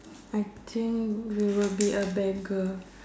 I think we will be a beggar